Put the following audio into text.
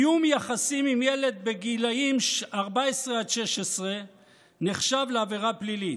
קיום יחסים עם ילד בגילים 14 16 נחשב לעבירה פלילית,